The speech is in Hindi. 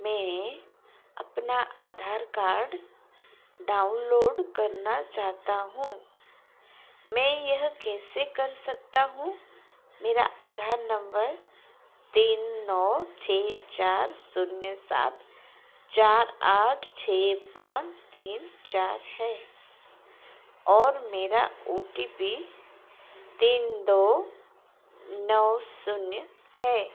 मैं अपना आधार कार्ड डाउनलोड करना चाहता हूँ मैं यह कैसे कर सकता हूँ मेरा आधार नम्बर तीन नौ छः चार शून्य सात चार आठ छः पाँच तीन चार है और मेरा ओ टी पी तीन दो नौ शून्य है